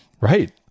Right